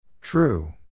True